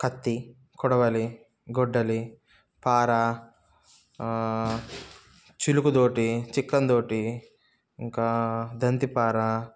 కత్తి కొడవలి గొడ్డలి పార చిలుకుదోటి చిక్కందోటి ఇంకా దంతిపార